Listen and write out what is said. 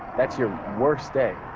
that's your worst day?